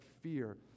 fear